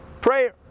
Prayer